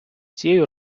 цією